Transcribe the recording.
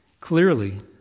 Clearly